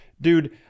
Dude